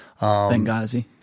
Benghazi